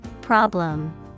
Problem